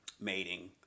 mating